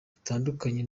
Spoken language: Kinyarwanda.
yatandukanye